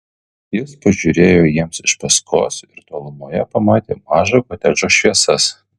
jis pažiūrėjo jiems iš paskos ir tolumoje pamatė mažo kotedžo šviesas